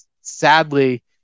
sadly